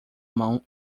mão